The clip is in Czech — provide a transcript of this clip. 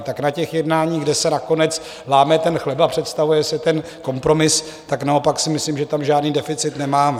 Tak na těch jednáních, kde se nakonec láme chleba, představuje se ten kompromis, tak naopak si myslím, že tam žádný deficit nemáme.